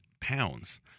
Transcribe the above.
pounds